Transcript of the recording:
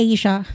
Asia